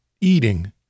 eating